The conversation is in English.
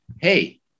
hey